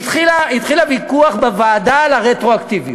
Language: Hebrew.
התחיל בוועדה הוויכוח על הרטרואקטיביות.